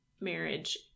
marriage